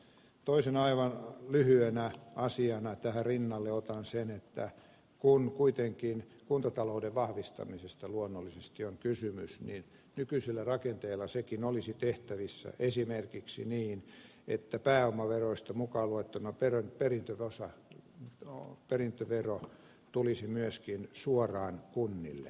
toisena aivan lyhyenä asiana otan tähän rinnalle sen että kun kuitenkin kuntatalouden vahvistamisesta on luonnollisesti kysymys niin nykyisellä rakenteella sekin olisi tehtävissä esimerkiksi niin että pääomaveroista mukaan luettuna perintövero tulisi myöskin suoraan kunnille